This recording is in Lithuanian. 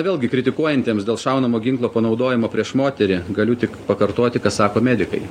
vėlgi kritikuojantiems dėl šaunamo ginklo panaudojimo prieš moterį galiu tik pakartoti ką sako medikai